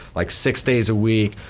like six days a week,